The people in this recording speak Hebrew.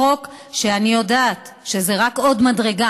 החוק, אני יודעת שזה רק עוד מדרגה.